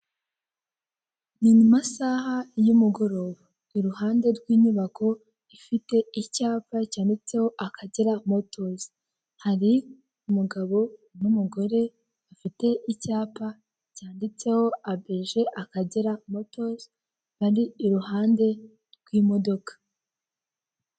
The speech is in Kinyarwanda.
Ni mu masaha y'umugoroba, iruhande rw'inyubako ifite icyapa cyanditseho Akagera Motors. Hari umugabo n'umugore bafite icyapa cyanditseho ABG Akagera Motors, bari iruhande rw'imodoka.